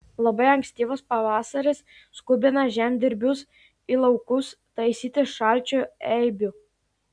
labai ankstyvas pavasaris skubina žemdirbius į laukus taisyti šalčių eibių